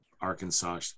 Arkansas